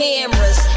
Cameras